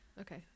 okay